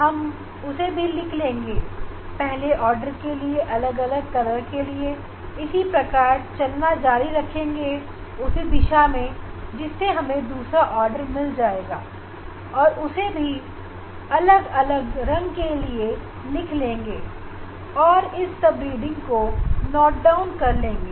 हम इन्हें भी नाप कर लिखते रहेंगे और इसी तरह इस दिशा में आगे बढ़ते हुए सेकंड ऑर्डर के भी सभी रंगों के लिए रीडिंग को लिखेंगे और फिर इससे कोड को नापने का प्रयास करेंगे